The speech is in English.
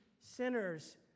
sinners